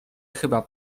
chyba